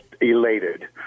elated